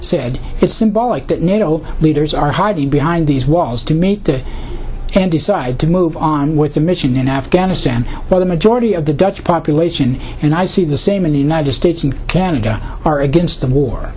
said it's symbolic that nato leaders are hiding behind these walls to meet that and decide to move on with the mission in afghanistan where the majority of the dutch population and i see the same in the united states and canada are against the war